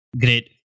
great